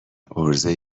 عرضه